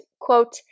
quote